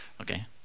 Okay